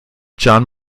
john